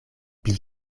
pli